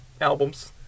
albums